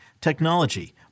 technology